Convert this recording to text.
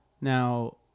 Now